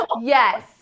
Yes